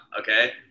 Okay